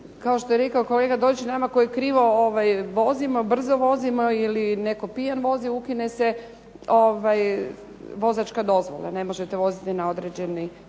kao što je rekao kolega Dorić, nama koji krivo vozimo, brzo vozimo, ili netko pijan vozi, ukine se vozačka dozvola. Ne možete voziti na određeni